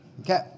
Okay